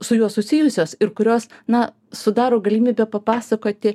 su juo susijusios ir kurios na sudaro galimybę papasakoti